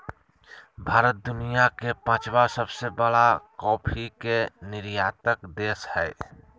भारत दुनिया के पांचवां सबसे बड़ा कॉफ़ी के निर्यातक देश हइ